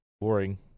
Boring